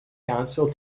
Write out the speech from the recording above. council